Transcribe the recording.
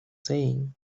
saying